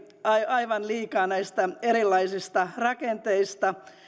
aivan liikaa näistä erilaisista rakenteista